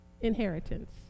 inheritance